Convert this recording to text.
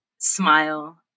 smile